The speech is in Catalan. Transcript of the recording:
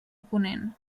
ponent